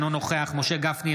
אינו נוכח משה גפני,